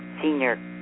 senior